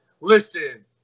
Listen